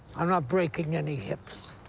i'm not breaking any hips.